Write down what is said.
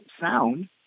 sound